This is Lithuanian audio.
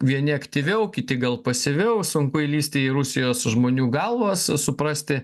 vieni aktyviau kiti gal pasyviau sunku įlįsti į rusijos žmonių galvas suprasti